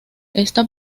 esta